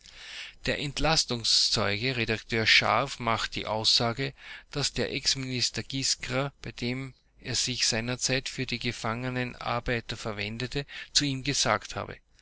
der entlastungszeuge redakteur scharf macht die aussage daß der exminister giskra bei dem er sich seinerzeit für die gefangenen arbeiter verwendete zu ihm gesagt habe